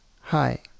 Hi